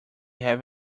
have